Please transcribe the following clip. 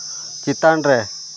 ᱪᱮᱛᱟᱱ ᱨᱮ